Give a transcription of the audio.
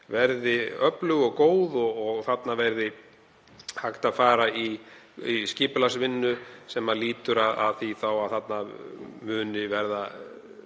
verði öflug og góð og þarna verði hægt að fara í skipulagsvinnu sem stuðli að því að þarna verði